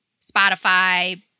Spotify